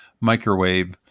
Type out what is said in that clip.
microwave